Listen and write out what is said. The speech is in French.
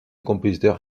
compositeur